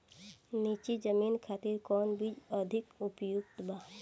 नीची जमीन खातिर कौन बीज अधिक उपयुक्त बा?